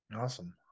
Awesome